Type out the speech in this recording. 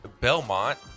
Belmont